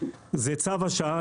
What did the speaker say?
זה צו השעה.